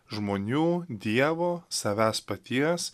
žmonių dievo savęs paties